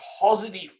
positive